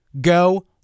Go